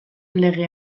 lege